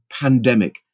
pandemic